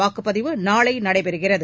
வாக்குப்பதிவு நாளை நடைபெறுகிறது